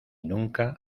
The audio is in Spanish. nunca